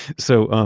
so, um